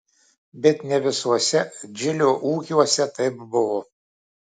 bet ne visuose džilio ūkiuose taip buvo